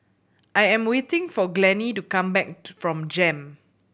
I am waiting for Glennie to come back from JEM